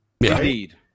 Indeed